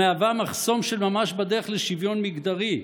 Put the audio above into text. המהווה מחסום של ממש בדרך לשוויון מגדרי.